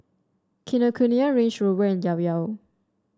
Kinokuniya Range Rover and Llao Llao